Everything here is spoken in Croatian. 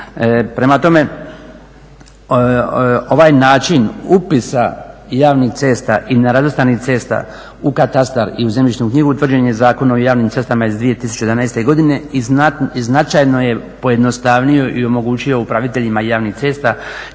Prema tome, ovaj način upisa javnih cesta i nerazvrstanih cesta u katastar i zemljišnu knjigu utvrđen je Zakonom o javnim cestama iz 2011. godine i značajno je pojednostavio i omogućio upraviteljima javnih cesta kako